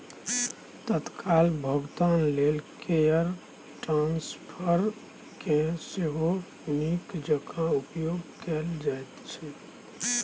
तत्काल भोगतान लेल वायर ट्रांस्फरकेँ सेहो नीक जेंका उपयोग कैल जाइत छै